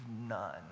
none